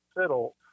fiddle